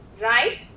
Right